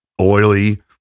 oily